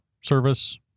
service